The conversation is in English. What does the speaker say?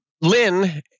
Lynn